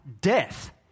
death